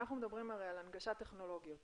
אנחנו מדברים הרי על הנגשת טכנולוגיות.